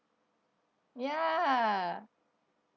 ya